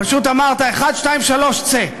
פשוט אמרת: אחת, שתיים, שלוש, צא.